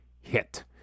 hit